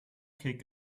kick